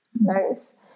Nice